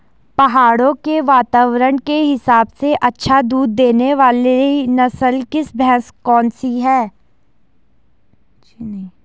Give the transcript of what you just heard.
पहाड़ों के वातावरण के हिसाब से अच्छा दूध देने वाली नस्ल की भैंस कौन सी हैं?